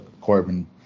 Corbin